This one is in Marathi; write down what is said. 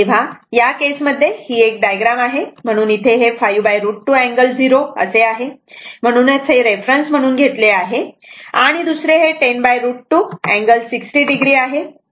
तेव्हा हा या केसमध्ये ही एक डायग्राम आहे म्हणून हे इथे 5√ 2 अँगल 0 असे आहे आणि म्हणूनच हे रेफरन्स म्हणून घेतले आहे आणि दुसरे हे 10√ 2 अँगल 60 0 आहे